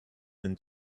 and